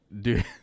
dude